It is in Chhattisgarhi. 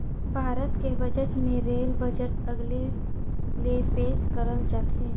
भारत के बजट मे रेल बजट अलगे ले पेस करल जाथे